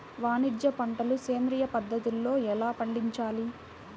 వాణిజ్య పంటలు సేంద్రియ పద్ధతిలో ఎలా పండించాలి?